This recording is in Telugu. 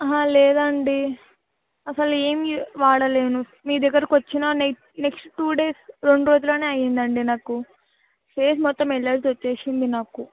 లేదండి అసలేం యూ వాడలేదు మీ దగ్గరకి వచ్చిన నెక్స్ట్ నెక్స్ట్ టూ డేస్ రెండు రోజులలో అయ్యింది అండి నాకు ఫేస్ మొత్తం ఎలర్జీ వచ్చింది నాకు